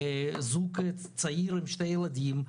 זוג צעיר עם שני ילדים,